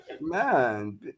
Man